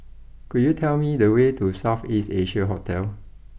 could you tell me the way to South East Asia Hotel